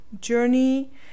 journey